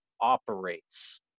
operates